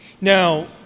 Now